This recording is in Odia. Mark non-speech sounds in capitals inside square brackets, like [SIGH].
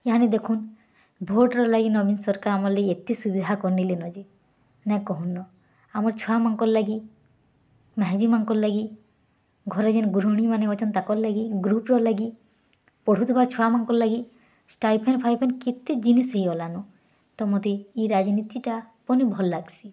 ଏହାନି ଦେଖନ୍ ଭୋଟର୍ ଲାଗି ନବୀନ୍ ସରକାର ଆମର ଲାଗି ଏତେ ସୁବିଧା କରିନଯେ ନାଇଁ କହନ୍ ଆମର୍ ଛୁଆମାନଙ୍କର୍ ଲାଗି [UNINTELLIGIBLE] ଲାଗି ଘରେ ଜିନ୍ ଗୃହିଣୀମାନେ ଅଛନ୍ ତାଙ୍କର୍ ଲାଗି ଗ୍ରୁପ୍ର୍ ଲାଗି ପଢ଼ୁଥିବାର୍ ଛୁଆମାନଙ୍କର୍ ଲାଗି ଷ୍ଟାଇପେନ୍ଫାଇପେନ୍ କେତେ ଜିନିଷ୍ ହୋଇଗଲାନ ତ ମତେ ଇ ରାଜନୀତିଟା ପୁନି ଭଲ୍ ଲାଗ୍ସି